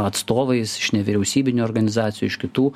atstovais iš nevyriausybinių organizacijų iš kitų